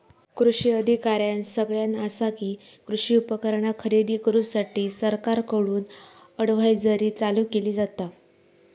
कृषी अधिकाऱ्यानं सगळ्यां आसा कि, कृषी उपकरणा खरेदी करूसाठी सरकारकडून अडव्हायजरी चालू केली जाता